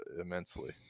immensely